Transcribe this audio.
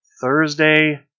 Thursday